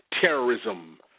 terrorism